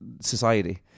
society